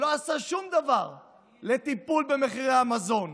שלא עשה שום דבר לטפל במחירי המזון,